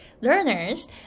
learners